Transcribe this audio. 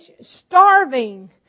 starving